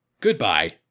goodbye